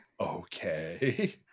Okay